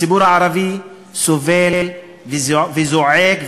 הציבור הערבי סובל וזועק,